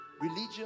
religion